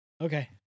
Okay